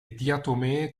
diatomee